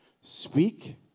speak